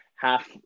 half